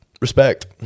Respect